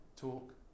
talk